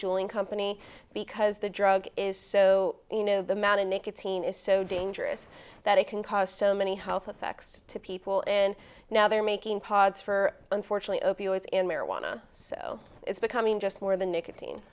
in company because the drug is so you know the amount of nicotine is so dangerous that it can cause so many health effects to people and now they're making pods for unfortunately opioids in marijuana so it's becoming just more than nicotine